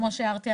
כפי שהערתי,